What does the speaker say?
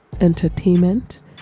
entertainment